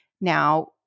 now